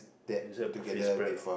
is it a buffet spread or not